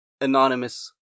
anonymous